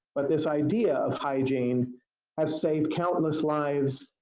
but this idea of hygiene has saved countless lives